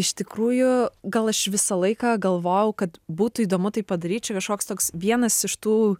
iš tikrųjų gal aš visą laiką galvojau kad būtų įdomu tai padaryt čia kažkoks toks vienas iš tų